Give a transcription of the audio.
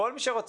כל מי שרוצה,